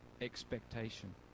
expectation